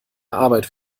arbeit